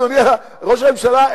אדוני ראש הממשלה,